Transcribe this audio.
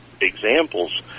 examples